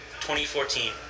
2014